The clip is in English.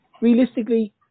realistically